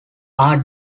are